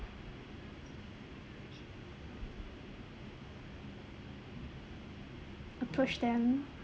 approach them